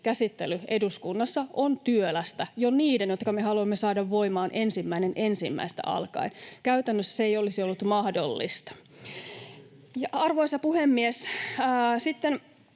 käsittely eduskunnassa on työlästä — jo niiden, jotka me haluamme saada voimaan 1.1. alkaen. Käytännössä se ei olisi ollut mahdollista. [Antti Kurvinen: